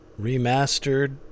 remastered